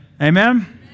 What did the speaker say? Amen